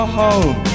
home